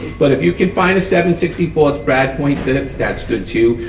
but if you can find a seven sixty four brad point bit, that's good too,